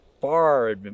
far